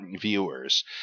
viewers